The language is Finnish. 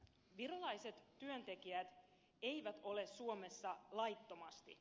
virolaiset työntekijät eivät ole suomessa laittomasti